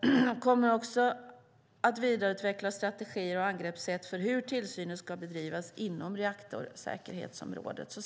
De kommer också att vidareutveckla strategier och angreppssätt för hur tillsynen ska bedrivas inom reaktorsäkerhetsområdet.